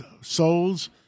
souls